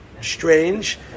strange